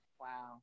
Wow